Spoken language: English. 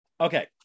okay